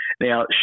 Now